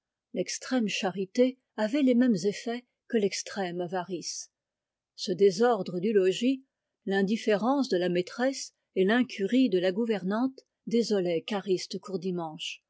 l'extrême charité avait les mêmes effets que l'extrême avarice ce désordre du logis l'indifférence de la maîtresse et l'incurie de la gouvernante désolaient cariste courdimanche